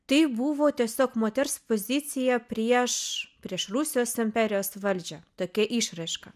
tai buvo tiesiog moters pozicija prieš prieš rusijos imperijos valdžią tokia išraiška